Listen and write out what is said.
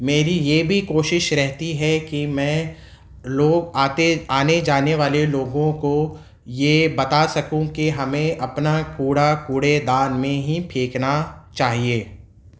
میری یہ بھی کوشش رہتی ہے کہ میں لوگ آتے آنے جانے والے لوگوں کو یہ بتا سکوں کہ ہمیں اپنا کوڑا کوڑے دان میں ہی پھینکنا چاہیے